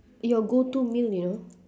your go-to meal you know